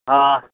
हां